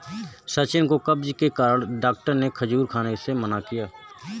सचिन को कब्ज के कारण डॉक्टर ने खजूर खाने से मना किया